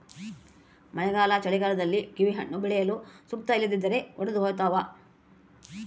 ಮಳೆಗಾಲ ಚಳಿಗಾಲದಲ್ಲಿ ಕಿವಿಹಣ್ಣು ಬೆಳೆಯಲು ಸೂಕ್ತ ಇಲ್ಲದಿದ್ದರೆ ಒಡೆದುಹೋತವ